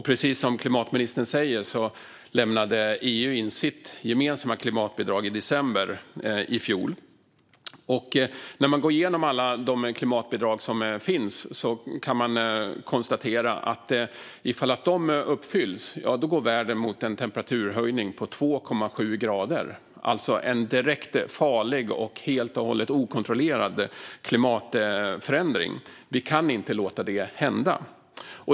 Precis som klimatministern säger lämnade EU in sitt gemensamma klimatbidrag i december i fjol. När man går igenom alla klimatbidrag som finns kan man konstatera att om de uppfylls går världen mot en temperaturhöjning på 2,7 grader, alltså en direkt farlig och helt och hållet okontrollerad klimatförändring. Vi kan inte låta detta hända.